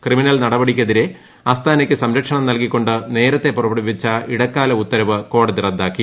criminal നടപടികൾക്കെതിരെ അസ്താനയ്ക്ക് സംരക്ഷണം നൽകി കൊണ്ട് നേരത്തെ പുറപ്പെടുവിച്ച ഇടക്കാല ഉത്തരവ് കോടതി റദ്ദാക്കി